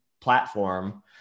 platform